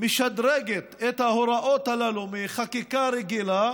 משדרגת את ההוראות הללו מחקיקה רגילה